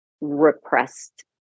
repressed